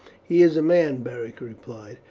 he is a man, beric replied.